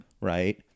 Right